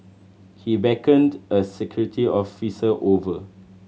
he beckoned a security officer over